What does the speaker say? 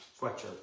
sweatshirt